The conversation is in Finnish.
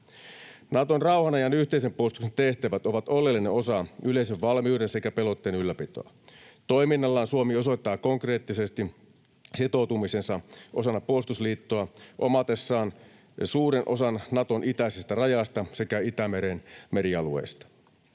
Naton rauhanajan yhteisen puolustuksen tehtävät ovat oleellinen osa yleisen valmiuden sekä pelotteen ylläpitoa. Toiminnallaan Suomi osoittaa konkreettisesti sitoutumisensa osana puolustusliittoa omatessaan suuren osan Naton itäisestä rajasta sekä Itämeren merialueista.